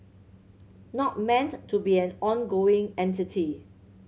not meant to be an ongoing entity